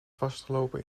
vastgelopen